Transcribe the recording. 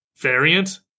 variant